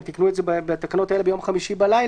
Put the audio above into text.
הם תיקנו את זה בתקנות האלה ביום חמישי בלילה.